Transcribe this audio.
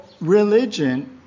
religion